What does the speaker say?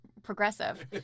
progressive